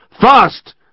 Fast